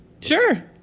Sure